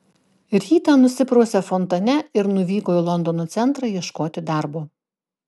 rytą nusiprausė fontane ir nuvyko į londono centrą ieškoti darbo